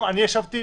אני ישבתי